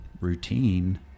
routine